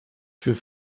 für